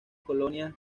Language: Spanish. colonias